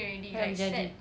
haven't jadi